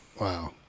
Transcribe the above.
Wow